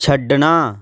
ਛੱਡਣਾ